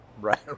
Right